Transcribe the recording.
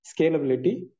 scalability